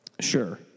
Sure